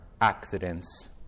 accidents